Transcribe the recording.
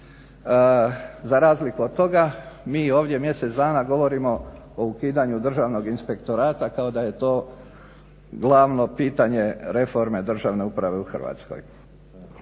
Za razliku od toga mi ovdje mjesec dana govorimo o ukidanju Državnog inspektorata kao da je to glavno pitanje reforme državne uprave u Hrvatskoj.